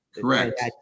Correct